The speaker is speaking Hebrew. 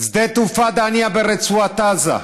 שדה התעופה דהנייה ברצועת עזה,